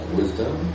wisdom